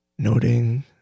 noting